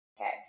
Okay